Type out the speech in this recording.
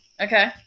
okay